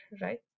Right